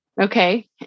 Okay